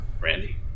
Randy